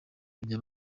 kujya